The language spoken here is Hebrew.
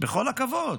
בכל הכבוד.